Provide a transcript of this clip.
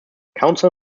council